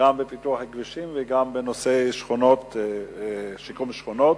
גם בפיתוח כבישים וגם בנושא שיקום שכונות,